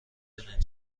دونین